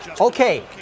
Okay